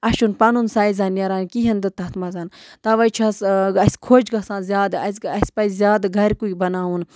اَسہِ چھُنہٕ پَنُن سایزَن نیران کِہیٖنۍ تہٕ تَتھ منٛز تَوَے چھَس اَسہِ خۄش گَژھان زیادٕ اَسہِ اَسہِ پَزِ زیادٕ گَرِکُے بَناوُن